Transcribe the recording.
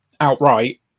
outright